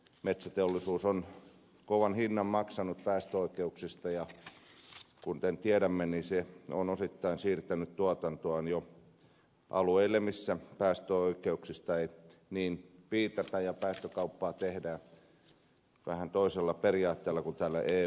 metsäteollisuus on kovan hinnan maksanut päästöoikeuksista ja kuten tiedämme se on osittain siirtänyt tuotantoaan jo alueille missä päästöoikeuksista ei niin piitata ja päästökauppaa tehdään vähän toisella periaatteella kuin täällä eun sisällä